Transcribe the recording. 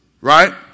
Right